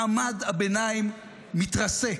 מעמד הביניים מתרסק.